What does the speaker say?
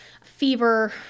fever